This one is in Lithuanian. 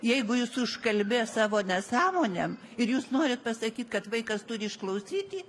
jeigu jis užkalbės savo nesąmonėm ir jūs norit pasakyt kad vaikas turi išklausyti